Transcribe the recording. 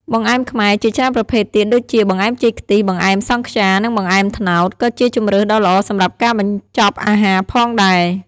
បង្អែមខ្មែរ ជាច្រើនប្រភេទទៀតដូចជា បង្អែមចេកខ្ទិះ បង្អែមសង់ខ្យានិងបង្អែមត្នោត ក៏ជាជម្រើសដ៏ល្អសម្រាប់ការបញ្ចប់អាហារផងដែរ